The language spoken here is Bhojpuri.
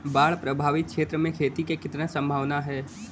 बाढ़ प्रभावित क्षेत्र में खेती क कितना सम्भावना हैं?